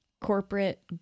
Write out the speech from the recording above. corporate